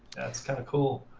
that's kind of cool.